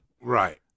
Right